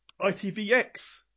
ITVX